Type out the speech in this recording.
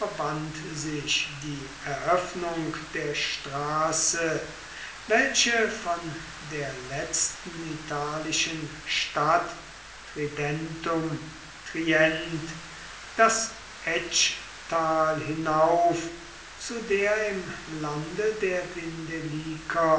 sich die eröffnung der straße welche von der letzten italischen stadt tridentum trient das etschtal hinauf zu der im lande der